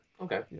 Okay